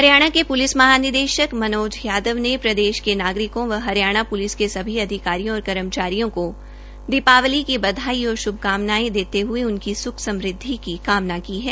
हरियाणा के पृलिस महानिदेशक मनोज यादव ने प्रदेश के नागरिकों व हरियाणा पृलिस के सभी अधिकारियों और कर्मचारियो को दीपावली की बधाई और श्भकामनायें देते हये उनकी स्ख समृदवि की कामना की है